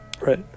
Right